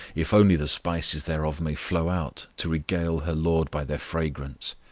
if only the spices thereof may flow out to regale her lord by their fragrance.